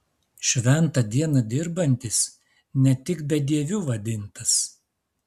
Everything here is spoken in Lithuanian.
šventą dieną dirbantis ne tik bedieviu vadintas